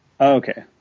Okay